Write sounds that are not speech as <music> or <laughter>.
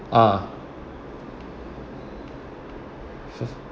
ah <laughs>